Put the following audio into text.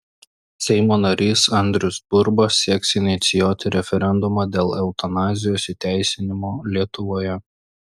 seimo narys andrius burba sieks inicijuoti referendumą dėl eutanazijos įteisinimo lietuvoje